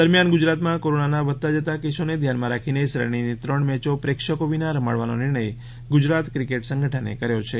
દરમિયાન ગુજરાતમાં કોરોનાના વધતા જતા કેસોને ધ્યાનમાં રાખીને શ્રેણીની ત્રણ મેચો પ્રેક્ષકો વિના રમાડવાનો નિર્ણય ગુજરાત ક્રિકેટ સંગઠને કર્યો છે